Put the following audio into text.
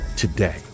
Today